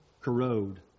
corrode